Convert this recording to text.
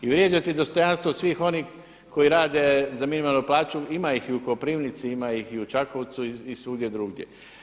I vrijeđati dostojanstvo od svih onih koji rade za minimalnu plaću, ima ih i u Koprivnici, ima ih i u Čakovcu i svugdje drugdje.